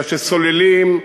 אלא שסוללים,